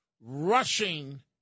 rushing